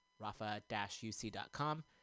rafa-uc.com